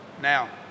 Now